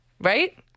right